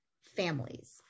families